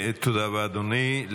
תודה רבה, אדוני.